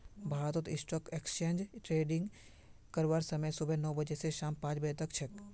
भारतत stock exchange trading करवार समय सुबह नौ बजे स शाम पांच बजे तक छेक